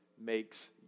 makes